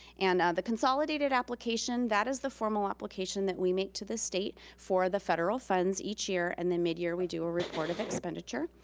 and the consolidated application, that is the formal application that we make to the state for the federal funds each year, and then mid-year we do a report of expenditure.